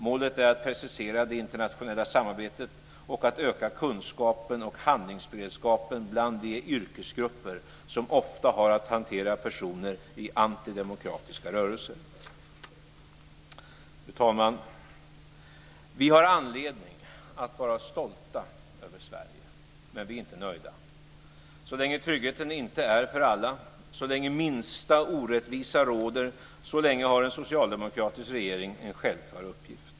Målet är att precisera det internationella samarbetet och att öka kunskapen och handlingsberedskapen bland de yrkesgrupper som ofta har att hantera personer i antidemokratiska rörelser. Fru talman! Vi har anledning att vara stolta över Sverige, men vi är inte nöjda. Så länge tryggheten inte är för alla, så länge minsta orättvisa råder, så länge har en socialdemokratisk regering en självklar uppgift.